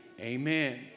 amen